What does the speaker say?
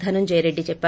ధనుంజయ రెడ్డి చెప్పారు